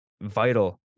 vital